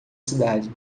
cidade